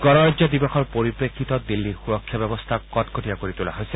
গণৰাজ্য দিৱসৰ পৰিপ্ৰেক্ষিতত দিল্লীৰ সুৰক্ষা ব্যৱস্থা কটকটীয়া কৰি তোলা হৈছে